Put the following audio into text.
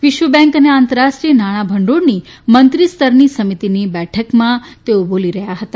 વિશ્વ બેન્ક અને આંતરરાષ્ટ્રીય નાણાંભંડોળની મંત્રીસ્તરની સમિતિની બેઠકમાં તેઓ બોલી રહ્યા હતા